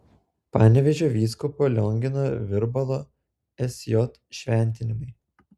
panevėžio vyskupo liongino virbalo sj šventimai